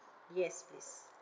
yes please